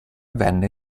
venne